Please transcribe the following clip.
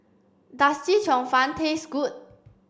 does Chee Cheong Fun taste good